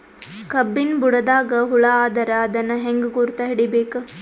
ಕಬ್ಬಿನ್ ಬುಡದಾಗ ಹುಳ ಆದರ ಅದನ್ ಹೆಂಗ್ ಗುರುತ ಹಿಡಿಬೇಕ?